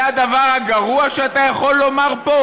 זה הדבר הגרוע שאתה יכול לומר פה?